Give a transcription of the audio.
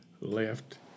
left